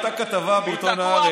הייתה כתבה בעיתון הארץ,